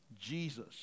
Jesus